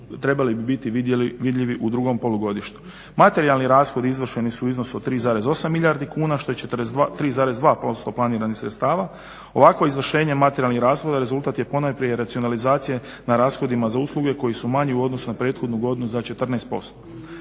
trebali bi biti vidljivi u drugom polugodištu. Materijalni rashodi izvršeni su u iznosu od 3,8 milijardi kuna što je 43,2 % planiranih sredstava. Ovakvo izvršenje materijalnih rashoda rezultat je ponajprije racionalizacije na rashodima za usluge koji su manji u odnosu na prethodnu godinu za 14%.